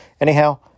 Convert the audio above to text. Anyhow